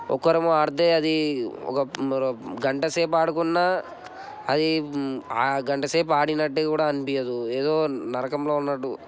ఒక్కరు ఆడితే అది ఒక గంట సేపు ఆడుకున్న అది ఆ గంటసేపు ఆడినట్టు కూడా అనిపించదు ఏదో నరకంలో ఉన్నట్టు